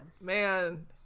Man